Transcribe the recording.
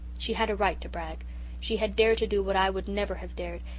she had a right to brag she had dared to do what i would never have dared,